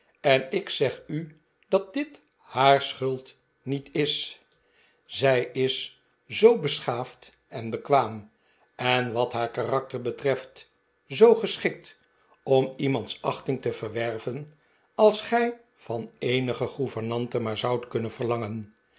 en daarom heb ik het recht er op te antwoorden ik zoo beschaafd en bekwaam en wat haar karakter betreft zoo geschikt om iemands achting te verwerven als gij van eenige gouvernante maar zoudt kunnen verlangen